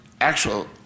actual